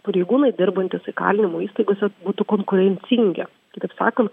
pareigūnai dirbantys įkalinimo įstaigose būtų konkurencingi kitaip sakant